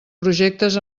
projectes